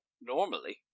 normally